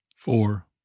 Four